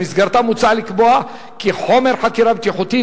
ובמסגרתה מוצע לקבוע כי חומר חקירה בטיחותית,